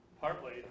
partly